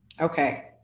Okay